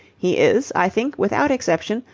he is, i think, without exception,